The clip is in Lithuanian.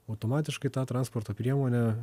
automatiškai ta transporto priemonė